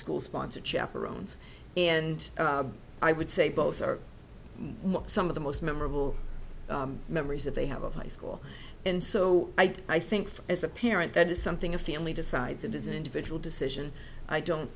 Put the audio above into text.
school sponsored chaperones and i would say both are some of the most memorable memories that they have of high school and so i think as a parent that is something a family decides and as an individual decision i don't